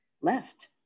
left